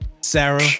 Sarah